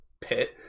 pit